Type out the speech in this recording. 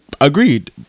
agreed